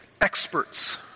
experts